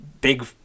big